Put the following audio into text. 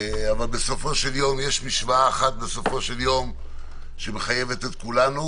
אבל בסופו של יום יש משוואה אחת שמחייבת את כולנו,